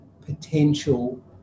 potential